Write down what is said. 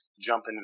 jumping